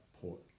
Port